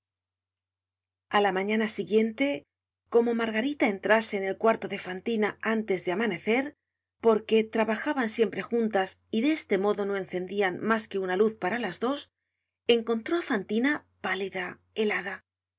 a la mañana siguiente como margarita entrase en el cuarto de fantina antes de amanecer porque trabajaban siempre juntas y de este modo no encendian mas que una luz para las dos encontró á fantina pálida helada no